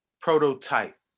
prototype